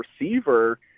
receiver